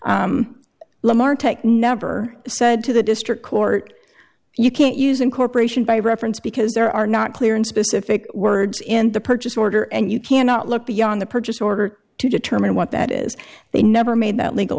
tech never said to the district court you can't use incorporation by reference because there are not clear and specific words in the purchase order and you cannot look beyond the purchase order to determine what that is they never made that legal